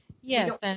Yes